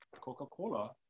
coca-cola